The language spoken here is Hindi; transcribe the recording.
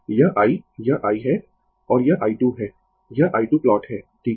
यह i यह i है और यह i 2 है यह i 2 प्लॉट है ठीक है